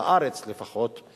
בארץ לפחות,